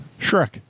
shrek